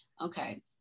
Okay